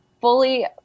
fully